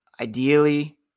Ideally